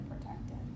protected